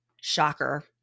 shocker